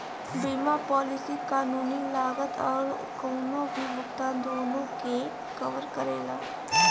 बीमा पॉलिसी कानूनी लागत आउर कउनो भी भुगतान दूनो के कवर करेला